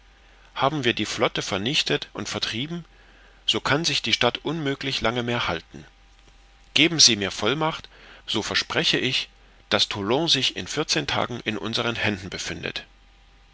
haben wir die flotte vernichtet und vertrieben so kann sich die stadt unmöglich lange mehr halten geben sie mir vollmacht so verspreche ich daß toulon sich in vierzehn tagen in unseren händen befindet